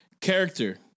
Character